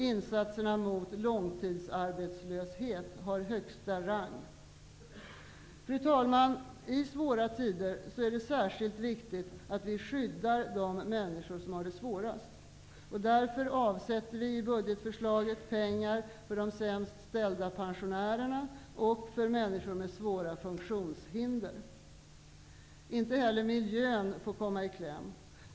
Insatserna mot långtidsarbetslöshet har högsta rang. Fru talman! I svåra tider är det särskilt viktigt att vi skyddar de människor som har det svårast, och därför avsätter vi i budgetförslaget pengar för de sämst ställda pensionärerna och för människor med svåra funktionshinder. Inte heller miljön får komma i kläm.